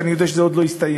כשאני יודע שזה עוד לא הסתיים.